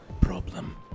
problem